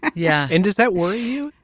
yeah. and does that worry you?